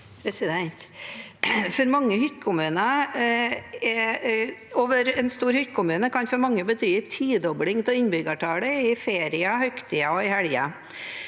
være en stor hytte- kommune kan for mange bety en tidobling av innbyggertallet i ferier, høytider og helger.